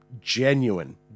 genuine